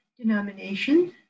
denomination